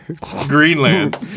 Greenland